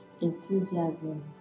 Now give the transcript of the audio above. enthusiasm